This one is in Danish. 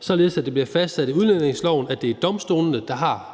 således at det bliver fastsat i udlændingeloven, at det er domstolene, der har